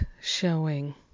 showing